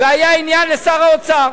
והיה עניין לשר האוצר